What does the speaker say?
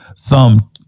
thumb